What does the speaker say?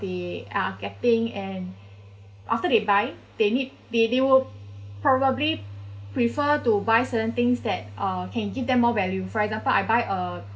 they are getting and after they buy they need they they will probably prefer to buy certain things that uh can give them more value for example I buy a